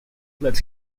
lets